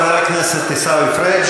חבר הכנסת עיסאווי פריג',